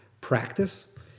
practice